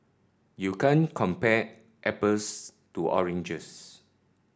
you can't compare apples to oranges